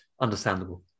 understandable